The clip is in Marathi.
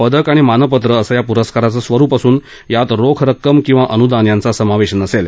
पदक आणि मानपत्रं असं या पुरस्काराचं स्वरुप असून यात रोख रक्कम किंवा अनुदान यांचा समावेश नसेल